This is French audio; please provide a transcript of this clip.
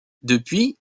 depuis